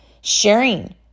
sharing